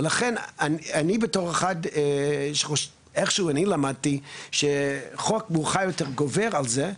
ולכן, איך שאני למדתי שחוק גובר על זה.